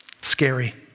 Scary